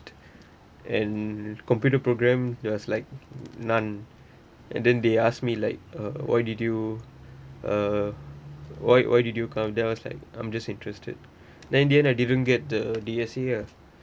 and computer program it was like non and then they ask me like uh why did you uh why why did you come then I was like I'm just interested then in the end I didn't get the D_S_A ah